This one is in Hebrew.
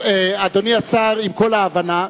אדוני השר, עם כל ההבנה,